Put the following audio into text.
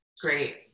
Great